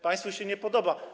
Państwu się nie podoba.